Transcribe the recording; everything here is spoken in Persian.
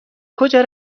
کجا